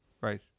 Right